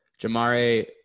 Jamare